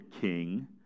king